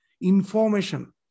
information